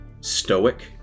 stoic